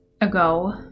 ago